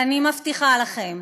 ואני מבטיחה לכם,